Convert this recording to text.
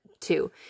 Two